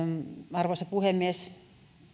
arvoisa puhemies kannatan